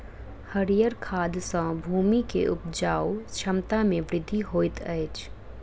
हरीयर खाद सॅ भूमि के उपजाऊ क्षमता में वृद्धि होइत अछि